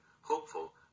hopeful